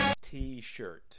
T-shirt